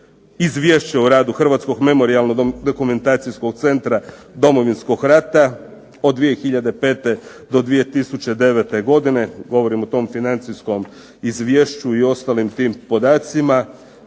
izvješće o radu Hrvatskog memorijalno-dokumentacijskog centra Domovinskog rata od 2005. do 2009. godine, govorim o tom financijskom izvješću i ostalim tim podacima.